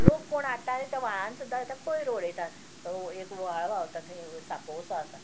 लोक पूण हाडटा आनी त्या व्हाळान सुद्दां कोयर रोडयता तो एक व्हाळ व्हांवता थंय साकोव सो आसा